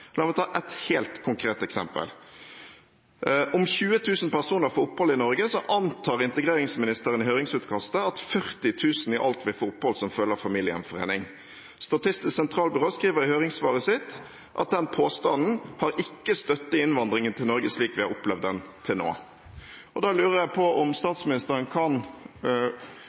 La meg ta et helt konkret eksempel. Om 20 000 personer får opphold i Norge, antar integreringsministeren i høringsutkastet at 40 000 i alt vil få opphold som følge av familiegjenforening. Statistisk sentralbyrå skriver i høringssvaret sitt at den påstanden ikke har støtte i innvandringen til Norge slik vi har opplevd den til nå. Da lurer jeg på om statsministeren kan